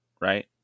right